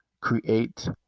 Create